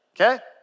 okay